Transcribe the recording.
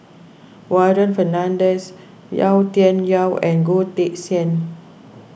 Warren Fernandez Yau Tian Yau and Goh Teck Sian